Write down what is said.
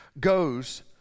goes